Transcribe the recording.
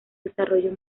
desarrollo